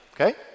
Okay